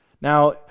Now